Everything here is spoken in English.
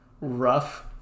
rough